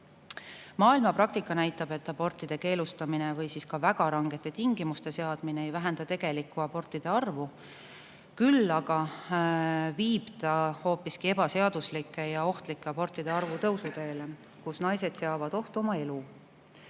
Maailmapraktika näitab, et abortide keelustamine või siis ka väga rangete tingimuste seadmine ei vähenda tegelikku abortide arvu. Küll aga viib see hoopiski ebaseaduslike ja ohtlike abortide arvu tõusuteele, naised seavad oma elu